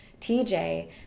TJ